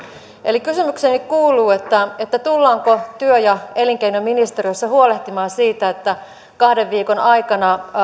eli kysymykseni kuuluu tullaanko työ ja elinkeinoministeriössä huolehtimaan siitä että kahden viikon aikana